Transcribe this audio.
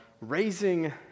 Raising